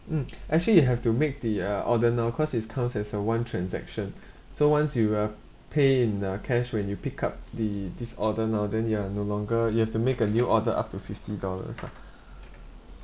mm actually you have to make the uh order now cause its counts as a one transaction so once you uh pay in uh cash when you pick up the this order now then you are no longer you have to make a new order up to fifty dollars lah